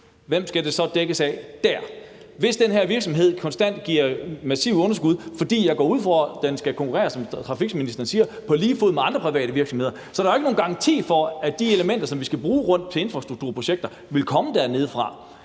hvem skal det så dækkes af derefter? For jeg går ud fra, at virksomheden, som transportministeren siger, skal konkurrere på lige fod med andre private virksomheder. Så der er jo ikke nogen garanti for, at de elementer, som vi skal bruge til infrastrukturprojekter, vil komme dernedefra.